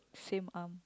same arm